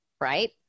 Right